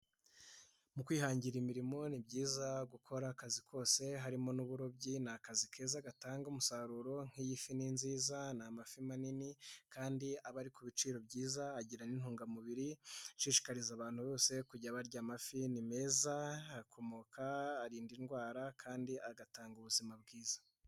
Mu kwihangira imirimo ni byiza gukora akazi kose harimo n'uburobyi, ni akazi keza gatanga umusaruro nk'iy'i fi ni nziza, ni amafi manini kandi aba ari ku biciro byiza agira n'intungamubiri, nshishikariza abantu bose kujya barya amafi ni meza, akomoka arinda indwara kandi agatanga ubuzima bwiza.